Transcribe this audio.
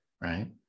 right